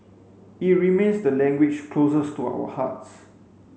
it remains the language closest to our hearts